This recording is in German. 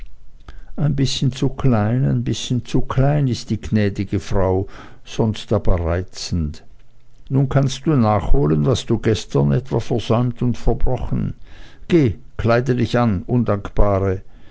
ein bißchen zu klein ein bißchen zu klein ist die gnädige frau sonst aber reizend nun kannst du nachholen was du gestern etwa versäumt und verbrochen geh kleide dich an undankbare